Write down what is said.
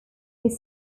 his